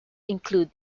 include